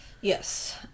Yes